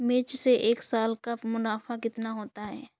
मिर्च से एक साल का मुनाफा कितना होता है?